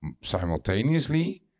Simultaneously